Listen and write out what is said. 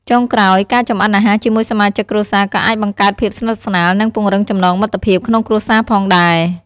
ចុងក្រោយ ការចម្អិនអាហារជាមួយសមាជិកគ្រួសារក៏អាចបង្កើតភាពស្និទ្ធស្នាល និងពង្រឹងចំណងមិត្តភាពក្នុងគ្រួសារផងដែរ។